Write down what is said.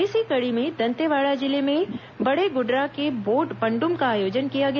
इसी कड़ी में दंतेवाड़ा जिले के बड़ेगुडरा में बोट पंड्म का आयोजन किया गया